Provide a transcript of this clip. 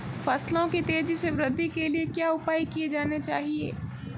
फसलों की तेज़ी से वृद्धि के लिए क्या उपाय किए जाने चाहिए?